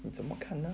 你怎么看呢